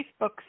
Facebook